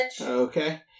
Okay